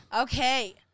Okay